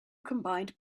combined